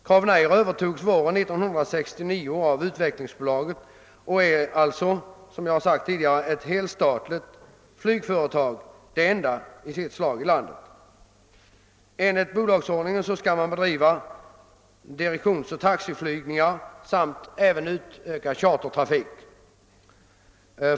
Crownair övertogs våren 1969 av Utvecklingsbolaget och är, som jag tidigare sagt, ett helstatligt flygföretag — det enda i sitt slag i landet. Enligt bolagsordningen skall man bedriva direktionsoch taxiflygningar samt även utökad chartertrafik.